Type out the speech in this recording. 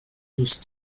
دوست